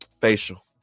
Facial